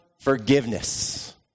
forgiveness